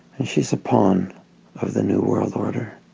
and she's upon of the new world order